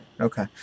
Okay